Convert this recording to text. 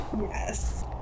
yes